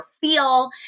feel